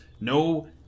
no